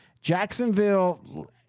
Jacksonville